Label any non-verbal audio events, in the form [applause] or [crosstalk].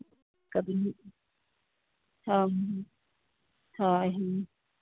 [unintelligible] ᱦᱳᱭ ᱦᱳᱭ